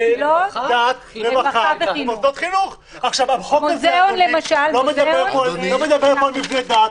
הצעת החוק הזאת לא מדברת על מבני דת,